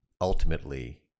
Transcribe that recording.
ultimately